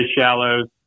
shallows